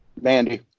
Mandy